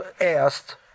asked